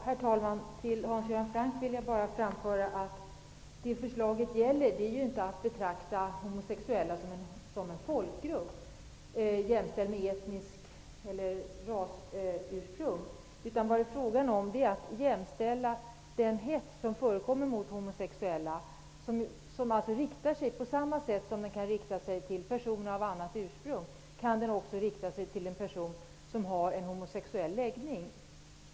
Herr talman! Till Hans Göran Franck vill jag bara framföra att förslaget inte innebär att homosexuella skall betraktas som en folkgrupp jämställd med grupper med gemensamt rasursprung. Vad det är fråga om är att jämställa den hets som förekommer. På samma sätt som den kan rikta sig till personer av annat ursprung kan den också rikta sig till en person som har en homosexuell läggning.